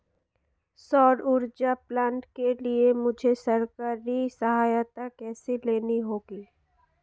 सौर ऊर्जा प्लांट के लिए मुझे सरकारी सहायता कैसे लेनी होगी?